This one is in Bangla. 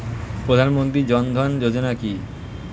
প্রধানমন্ত্রী জনধন যোজনা কি?